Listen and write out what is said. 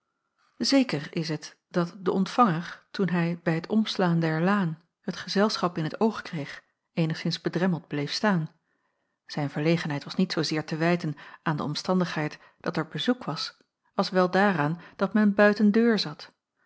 zeker is het dat de ontvanger toen hij bij t omslaan der laan het gezelschap in het oog kreeg eenigszins bedremmeld bleef staan zijn verlegenheid was niet zoozeer te wijten aan de omstandigheid dat er bezoek was als wel daaraan dat men buiten deur zat